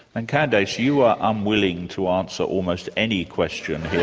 and candace, you are unwilling to answer almost any question